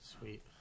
sweet